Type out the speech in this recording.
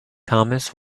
thomas